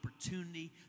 opportunity